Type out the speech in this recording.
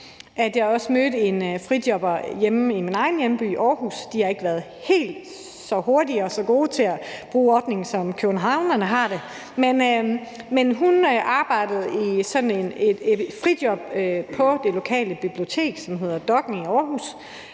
også mødte en frijobber hjemme i min egen hjemby, Aarhus. De har ikke været helt så hurtige og så gode til at bruge ordningen, som kjøwenhavnerne har det, men hun arbejdede i sådan et frijob på det lokale bibliotek i Aarhus,